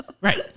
right